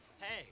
hey